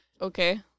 Okay